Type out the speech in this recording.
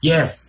Yes